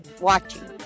Watching